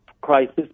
crisis